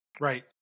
Right